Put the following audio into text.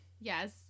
Yes